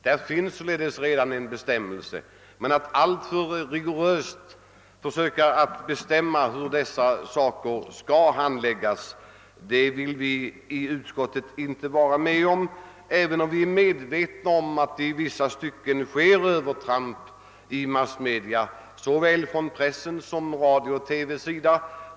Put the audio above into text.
” Där finns således redan en bestämmelse, men att alltför rigoröst försöka bestämma hur dessa frågor skall handläggas vill vi i utskottet inte vara med om, även om vi är medvetna om att det i vissa stycken sker övertramp i massmedia såväl från pressens som radio/TV:s sida.